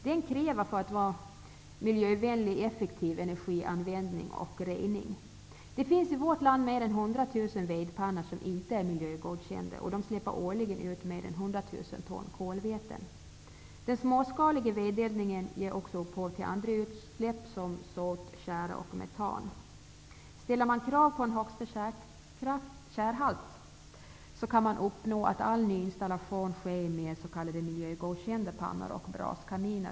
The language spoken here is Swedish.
För att vara miljövänlig kräver den effektiv energianvändning och rening. Det finns i vårt land fler än 100 000 vedpannor som inte är miljögodkända. Dessa släpper årligen ut mer än 100 000 ton kolväten. Den småskaliga vedeldningen ger också upphov till andra utsläpp, såsom sot, tjära och metan. Om man ställer krav på en gräns för högsta tjärhalt, kan man uppnå att all nyinstallation sker med s.k. miljögodkända pannor och braskaminer.